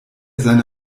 seine